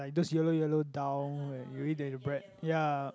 like those yellow yellow dhal where you eat with the bread ya